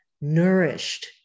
nourished